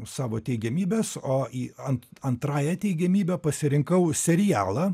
savo teigiamybes o į ant antrąja teigiamybe pasirinkau serialą